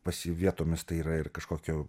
pas jį vietomis tai yra ir kažkokio